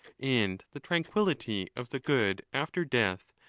and the tran quillity of the good after death,